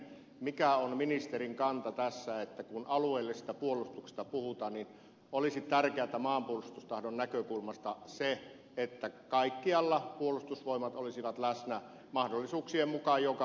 mikä on ministerin kanta tässä että kun alueellisesta puolustuksesta puhutaan niin olisi tärkeätä maanpuolustustahdon näkökulmasta se että kaikkialla puolustusvoimat olisivat läsnä mahdollisuuksien mukaan jokaisessa maakunnassa